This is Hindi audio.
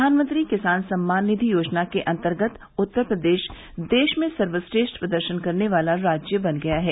प्रधानमंत्री किसान सम्मान निधि योजना के अन्तर्गत उत्तर प्रदेश देश में सर्वश्रेष्ठ प्रदर्शन करने वाला राज्य बन गया है